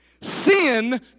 Sin